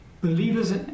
believers